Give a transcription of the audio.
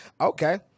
Okay